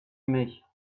mich